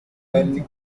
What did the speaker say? ari